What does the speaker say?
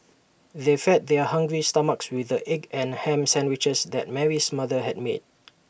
they fed their hungry stomachs with the egg and Ham Sandwiches that Mary's mother had made